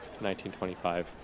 1925